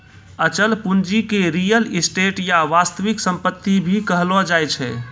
अचल पूंजी के रीयल एस्टेट या वास्तविक सम्पत्ति भी कहलो जाय छै